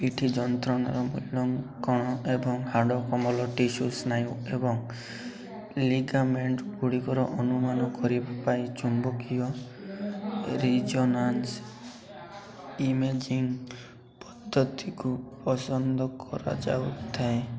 ପିଠି ଯନ୍ତ୍ରଣାର ମୂଲ୍ୟାଙ୍କନ ଏବଂ ହାଡ଼ କୋମଳ ଟିସୁ ସ୍ନାୟୁ ଏବଂ ଲିଗାମେଣ୍ଟଗୁଡ଼ିକର ଅନୁମାନ କରିବା ପାଇଁ ଚୁମ୍ବକୀୟ ରିଜୋନାନ୍ସ ଇମେଜିଙ୍ଗ ପଦ୍ଧତିକୁ ପସନ୍ଦ କରାଯାଇଥାଏ